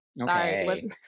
Sorry